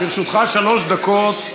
לרשותך שלוש דקות.